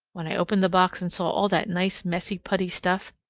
when i opened the box and saw all that nice messy putty stuff,